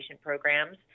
programs